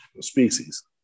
species